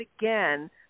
again